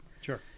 Sure